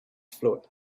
float